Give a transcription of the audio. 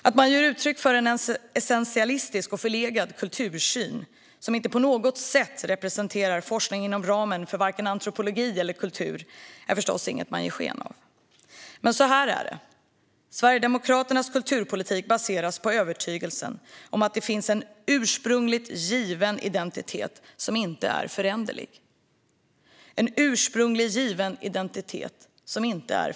Att man ger uttryck för en essentialistisk och förlegad kultursyn, som inte på något sätt representerar forskning inom ramen för vare sig antropologi eller kultur, är förstås inget man ger sken av. Men så här är det: Sverigedemokraternas kulturpolitik baseras på övertygelsen om att det finns en ursprungligt given identitet som inte är föränderlig.